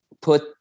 put